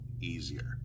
easier